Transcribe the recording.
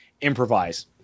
improvise